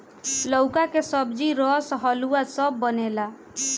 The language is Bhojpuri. लउका के सब्जी, रस, हलुआ सब बनेला